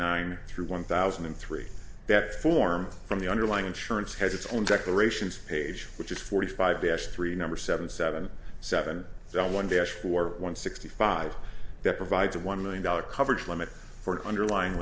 nine through one thousand and three that form from the underlying insurance has its own declarations page which is forty five b s three number seven seven seven zero one dash for one sixty five that provides a one million dollars coverage limit for the underlying